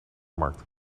markt